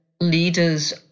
leaders